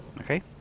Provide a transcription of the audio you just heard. okay